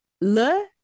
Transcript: Le